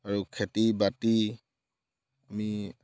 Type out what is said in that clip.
আৰু খেতি বাতি আমি